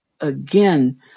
again